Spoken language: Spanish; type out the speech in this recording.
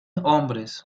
hombres